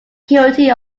guilty